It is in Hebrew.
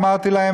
אמרתי להם,